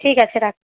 ঠিক আছে রাখ